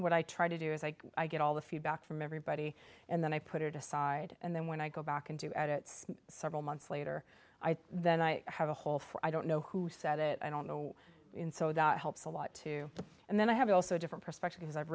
what i try to do is like i get all the feedback from everybody and then i put it aside and then when i go back and do edits several months later i think that i have a hole for i don't know who said it i don't know so that helps a lot too and then i have also a different perspective because i've